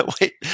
Wait